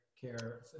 care